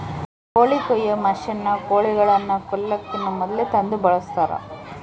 ಕೋಳಿ ಕೊಯ್ಯೊ ಮಷಿನ್ನ ಕೋಳಿಗಳನ್ನ ಕೊಲ್ಲಕಿನ ಮೊದ್ಲೇ ತಂದು ಬಳಸ್ತಾರ